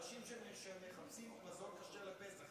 אנשים שמחפשים מזון כשר לפסח,